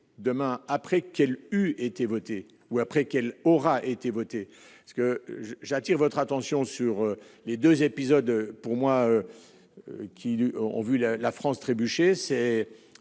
demain après qu'elle eut été voté ou après qu'elle aura été voté ce que j'attire votre attention sur les 2 épisodes, pour moi, qui ont vu la la France trébucher,